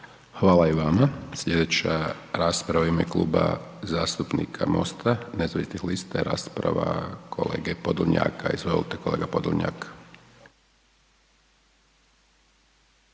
Hvala i vama. Sljedeća rasprava u ime Kluba zastupnika Mosta nezavisnih lista je rasprava kolege Podolnjaka. Izvolite kolega Podolnjak.